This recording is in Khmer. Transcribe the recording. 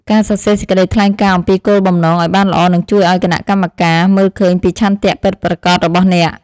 ការសរសេរសេចក្តីថ្លែងការណ៍អំពីគោលបំណងឱ្យបានល្អនឹងជួយឱ្យគណៈកម្មការមើលឃើញពីឆន្ទៈពិតប្រាកដរបស់អ្នក។